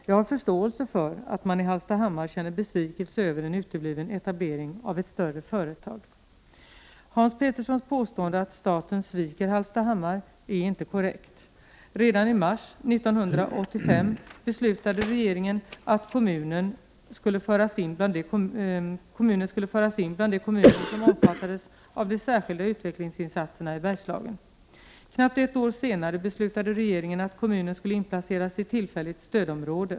Jag har förståelse för att man i Hallstahammar känner besvikelse över en utebliven etablering av ett större företag. Hans Peterssons påstående att staten sviker Hallstahammar är inte korrekt. Redan i mars 1985 beslutade regeringen att kommunen skulle föras in bland de kommuner som omfattades av de särskilda utvecklingsinsatserna i Bergslagen. Knappt ett år senare beslutade regeringen att kommunen skulle inplaceras i tillfälligt stödområde.